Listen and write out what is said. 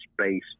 space